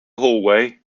hallway